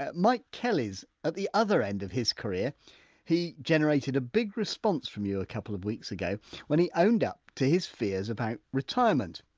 mike kelly's at the other end of his career he generated a big response from you a couple of weeks ago when he owned up to his fears about retirement.